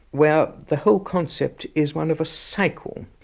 where the whole concept is one of a cycle.